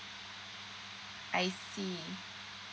I see mm